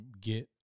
get